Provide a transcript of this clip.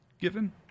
given